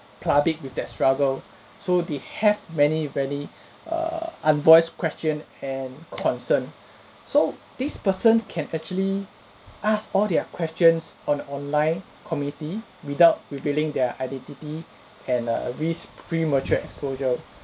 public with their struggle so they have many very err unvoiced question and concern so this person can actually ask all their questions on online community without revealing their identity and err risk premature exposure